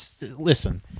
listen